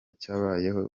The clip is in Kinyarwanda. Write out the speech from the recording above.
cyabayeho